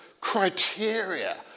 criteria